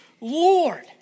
Lord